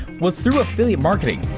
was through affiliate marketing.